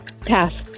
Pass